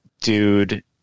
dude